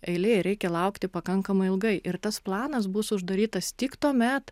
eilėj reikia laukti pakankamai ilgai ir tas planas bus uždarytas tik tuomet